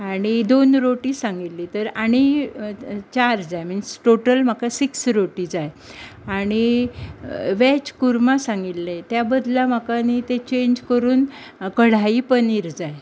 आनी दोन रोटी सांगिल्ली तर आनी चार जाय मिन्स टॉटल म्हाका सिक्स रोटी जाय आनी वॅज कुर्मा सांगिल्ले त्या बदला म्हाका न्ही तें चेन्ज करून कढायी पनीर जाय